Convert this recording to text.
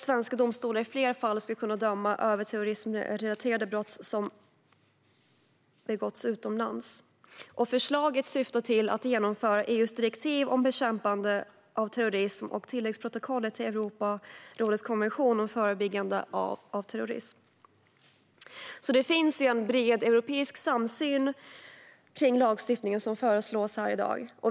Svenska domstolar ska också i fler fall kunna döma i terrorismrelaterade brott som har begåtts utomlands. Förslaget syftar till att genomföra EU:s direktiv om bekämpande av terrorism och tilläggsprotokollet till Europarådets konvention om förebyggande av terrorism. Det finns alltså en bred europeisk samsyn kring den lagstiftning som föreslås här i dag.